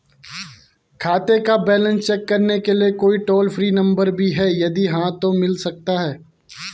खाते का balance check करने के लिए कोई टॉल फ्री नम्बर भी है यदि हाँ तो मिल सकता है?